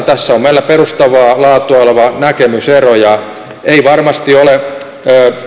tässä on meillä perustavaa laatua oleva näkemysero ei varmasti ole